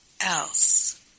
else